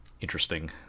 interesting